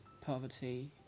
poverty